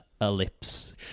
ellipse